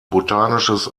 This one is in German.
botanisches